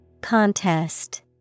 Contest